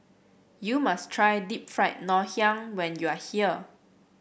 you must try Deep Fried Ngoh Hiang when you are here